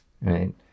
right